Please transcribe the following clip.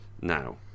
Now